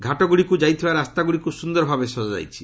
ଘାଟଗୁଡ଼ିକୁ ଯାଇଥିବା ରାସ୍ତାଗୁଡ଼ିକୁ ସୁନ୍ଦରଭାବେ ସଜାଯାଇଛି